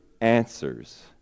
answers